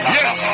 yes